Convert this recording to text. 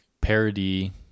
parody